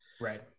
Right